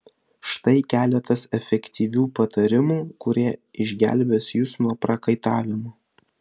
štai keletas efektyvių patarimų kurie išgelbės jus nuo prakaitavimo